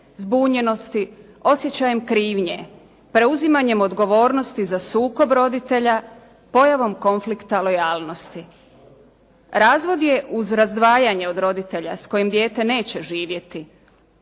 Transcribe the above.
zbunjenosti, osjećajem krivnje, preuzimanjem odgovornosti za sukob roditelja, pojavom konflikta lojalnosti. Razvod je, uz razdvajanje od roditelja s kojim dijete neće živjeti,